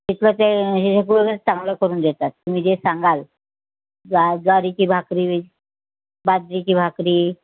तिकडं ते हे हे पूर्ण चांगलं करून देतात तुम्ही जे सांगाल जा ज्वारीची भाकरी बाजरीची भाकरी